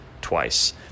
twice